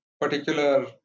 particular